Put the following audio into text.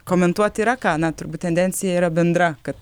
komentuot yra ką na turbūt tendencija yra bendra kad